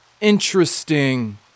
interesting